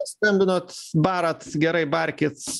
skambinot barat gerai barkit